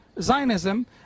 Zionism